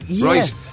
right